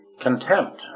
contempt